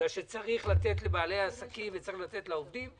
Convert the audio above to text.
כי צריך לתת לבעלי העסקים ולתת לעובדים,